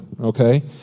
okay